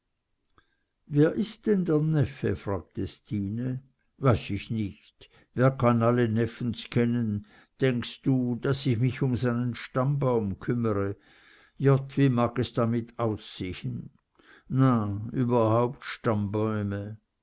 wer ist denn der neffe fragte stine weiß ich nich wer kann alle neffens kennen denkst du daß ich mich um seinen stammbaum kümmere jott wie mag es damit aussehen na überhaupt stammbäume